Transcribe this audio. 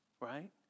Right